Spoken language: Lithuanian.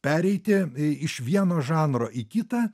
pereiti iš vieno žanro į kitą